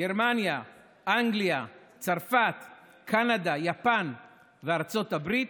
גרמניה, אנגליה, צרפת, קנדה, יפן וארצות הברית,